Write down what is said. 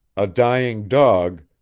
a dying dog,